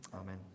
amen